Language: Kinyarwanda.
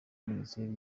minisiteri